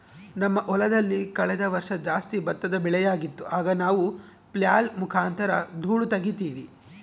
ನಮ್ಮ ಹೊಲದಲ್ಲಿ ಕಳೆದ ವರ್ಷ ಜಾಸ್ತಿ ಭತ್ತದ ಬೆಳೆಯಾಗಿತ್ತು, ಆಗ ನಾವು ಫ್ಲ್ಯಾಯ್ಲ್ ಮುಖಾಂತರ ಧೂಳು ತಗೀತಿವಿ